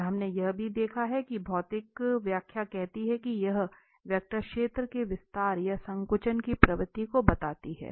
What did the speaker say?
और हमने यह भी देखा है कि भौतिक व्याख्या कहती है कि यह वेक्टर क्षेत्र के विस्तार या संकुचन की प्रवृत्ति को बताती है